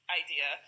idea